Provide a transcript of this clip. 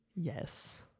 Yes